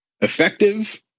effective